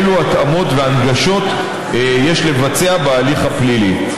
אילו התאמות והנגשות יש לבצע בהליך הפלילי.